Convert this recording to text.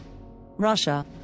Russia